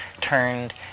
turned